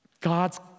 God's